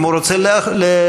אם הוא רוצה להשיב.